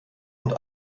und